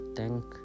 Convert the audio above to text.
thank